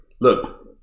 Look